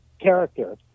character